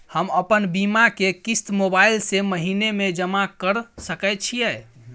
हम अपन बीमा के किस्त मोबाईल से महीने में जमा कर सके छिए?